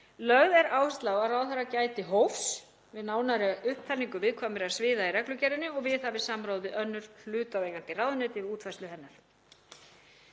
Lögð er áhersla á að ráðherra gæti hófs við nánari upptalningu viðkvæmra sviða í reglugerðinni og viðhafi samráð við önnur hlutaðeigandi ráðuneyti við útfærslu hennar.